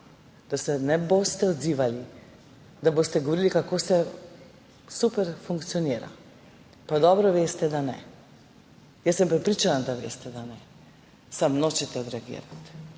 da se ne boste neodzivali, da ne boste govorili, kako vse super funkcionira, pa dobro veste, da ne? Jaz sem prepričana, da veste, da ne, samo nočete odreagirati.